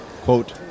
quote